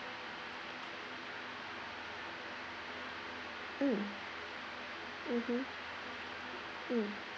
mm mmhmm mm